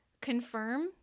confirm